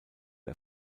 der